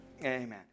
Amen